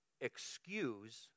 excuse